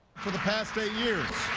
for the past eight years,